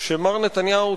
שמר נתניהו,